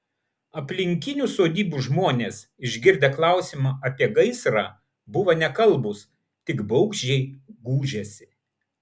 aplinkinių sodybų žmonės išgirdę klausimą apie gaisrą buvo nekalbūs tik baugščiai gūžėsi